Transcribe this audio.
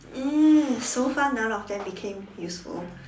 um so far none of them became useful